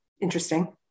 interesting